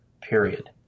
period